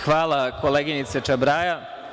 Hvala, koleginice Čabraja.